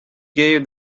gave